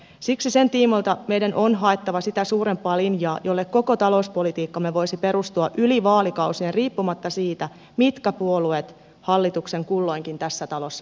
siksi sen tiimoilta meidän on haettava sitä suurempaa linjaa jolle koko talouspolitiikkamme voisi perustua yli vaalikausien riippumatta siitä mitkä puolueet hallituksen kulloinkin tässä talossa muodostavat